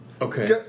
Okay